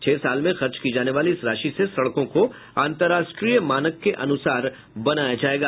छह साल में खर्च की जाने वाली इस राशि से सड़कों को अंतरराष्ट्रीय मानक के अनुसार बनाया जायेगा